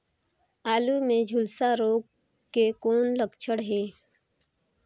आलू मे झुलसा रोग के कौन लक्षण हे?